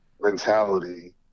mentality